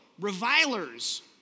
revilers